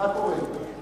גילאון מציל את ה"בעד".